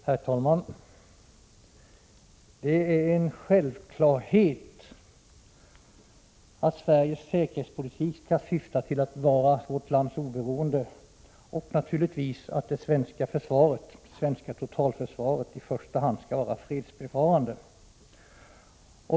Herr talman! Det är en självklarhet att Sveriges säkerhetspolitik skall syfta till vårt lands oberoende och naturligtvis till att det svenska totalförsvaret i första hand skall vara fredsbevarande.